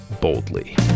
boldly